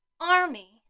army